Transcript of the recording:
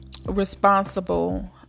responsible